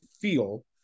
feel